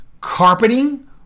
carpeting